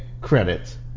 credit